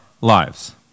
lives